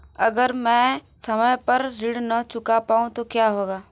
अगर म ैं समय पर ऋण न चुका पाउँ तो क्या होगा?